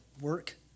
work